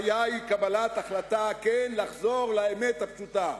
הבעיה היא קבלת החלטה, כן, לחזור לאמת הפשוטה: